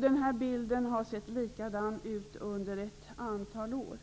Den här bilden har sett likadan ut under ett antal år.